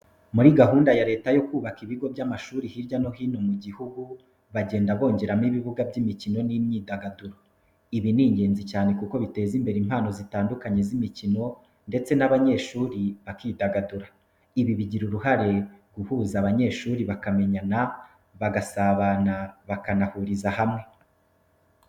Muri gahunda ya Leta yo kubaka ibigo by'amashuri hirya no hino mi gihugu, bagenda bongeramo ibibuga by'imikino n'imyidagaduro. Ibi ni ingenzi cyane kuko biteza imbere impano zitandukanye z'imikino ndetse n'abanyeshuri bakidagadura. Ibi bigira uruhare guhuza abanyeshuri bakamenyana, bagasabana bakanahuriza hamwe.